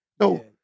No